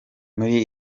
muri